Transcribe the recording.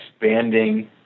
expanding